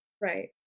right